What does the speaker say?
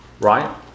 right